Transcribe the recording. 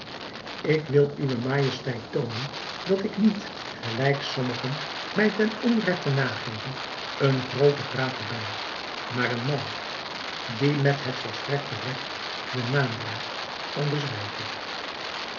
ik wil uwe majesteit toonen dat ik niet gelijk sommigen mij ten onregte nageven een groote prater ben maar een man die met het volste regt den naam draagt van den zwijger